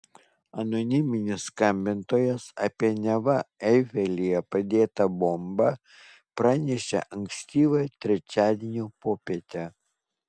anoniminis skambintojas apie neva eifelyje padėtą bombą pranešė ankstyvą trečiadienio popietę